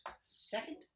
Second